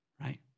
Right